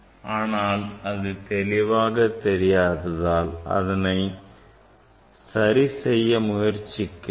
ஆனால் அது தெளிவாக தெரியாததால் அதனை சரி செய்ய முயற்சிக்கிறேன்